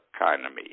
economy